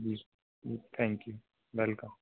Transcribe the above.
जी जी thank you welcome